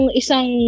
isang